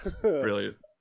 brilliant